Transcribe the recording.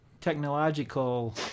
technological